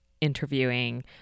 interviewing